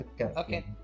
okay